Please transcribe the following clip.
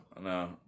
no